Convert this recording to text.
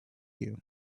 you